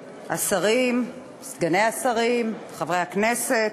השרים, חברי הכנסת,